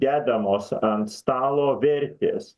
dedamos ant stalo vertės